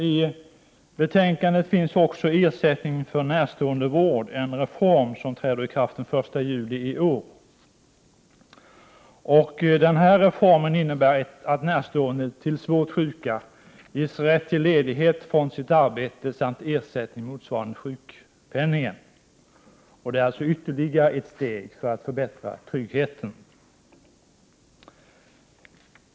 I betänkandet behandlas också ersättning för närståendevård, en reform som träder i kraft den 1 juli i år. Denna reform innebär att närstående till svårt sjuka ges rätt till ledighet från sitt arbete med ersättning motsvarande sjukpenningen. Det är alltså ytterligare ett steg för att förbättra tryggheten.